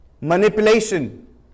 Manipulation